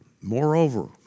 moreover